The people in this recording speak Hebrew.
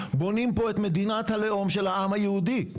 בונים פה את מדינת הלאום של העם היהודי.